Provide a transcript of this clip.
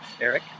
Eric